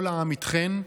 כל העם איתכן,